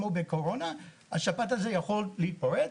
השפעת הזו יכולה להתפרץ.